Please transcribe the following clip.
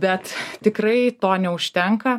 bet tikrai to neužtenka